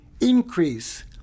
increase